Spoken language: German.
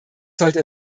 sollte